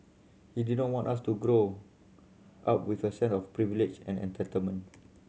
he didn't want us to grow up with a sense of privilege and entitlement